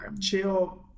chill